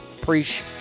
Preach